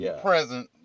present